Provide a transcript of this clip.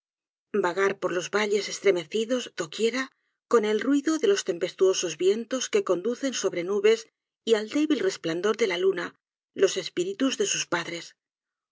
vágat por los valles estremecidos do quiera con él ruido de los tempestuosos vientos que conducen sobre nubes y al débil resplandor de la l u na los espíritus de sus padres